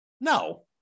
no